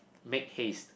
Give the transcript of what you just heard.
make haste